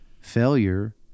failure